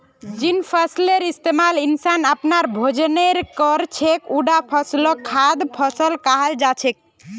जिन फसलेर इस्तमाल इंसान अपनार भोजनेर कर छेक उटा फसलक खाद्य फसल कहाल जा छेक